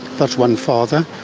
that's one father,